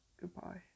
Goodbye